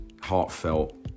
heartfelt